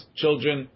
children